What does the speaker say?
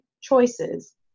choices